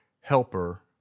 helper